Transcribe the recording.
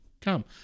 come